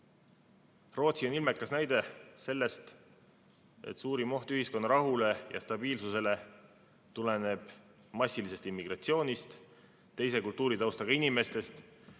Rootsi on ilmekas näide selle kohta, et suurim oht ühiskonna rahule ja stabiilsusele tuleneb massilisest immigratsioonist, teise kultuuritaustaga inimestest.